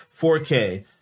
4K